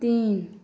तीन